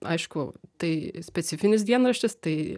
aišku tai specifinis dienraštis tai